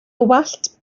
wallt